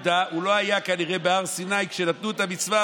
ואיך שאתם הזנחתם מאות אלפי משפחות.